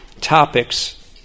topics